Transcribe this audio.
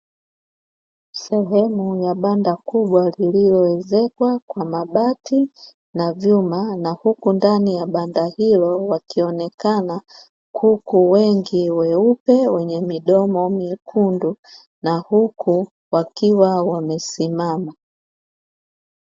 Sehemu ya banda kubwa lililowezekwa kwa mabati, na vyuma na huku ndani ya banda hilo wakionekana kuku wengi weupe wenye midomo mekundu na huku wakiwa wamesima.